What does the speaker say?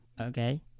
Okay